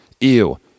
Ew